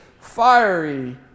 fiery